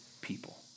people